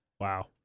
Wow